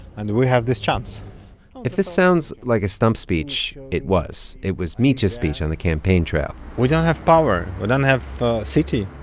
and we have this chance if this sounds like a stump speech, it was. it was mitya's speech on the campaign trail we don't have power. we but don't have city.